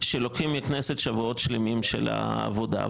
שלוקחים מהכנסת שבועות שלמים של עבודה.